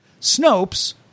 Snopes